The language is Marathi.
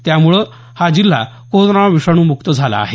त्यामुळे हा जिल्हा कोरोना विषाणू मुक्त झाला आहे